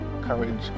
courage